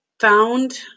found